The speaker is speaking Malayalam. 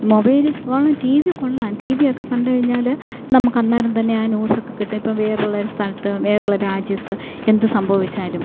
മൊബൈലെക്കാളും ടി വി കൊള്ളാം ടി വിയൊക്കെ കണ്ടു കഴിഞ്ഞാൽ നമുക്കന്നേരം തന്നെ ആ ന്യൂസൊക്കെ കിട്ടും ഇപ്പോൾ വേറുള്ളൊരു സ്ഥലത്ത് വേറുള്ള രാജ്യത്ത് എന്തു സംഭവിച്ചാലും